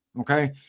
okay